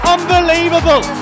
Unbelievable